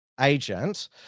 agent